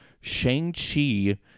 Shang-Chi